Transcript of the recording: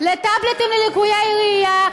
חבר הכנסת גילאון, בבקשה.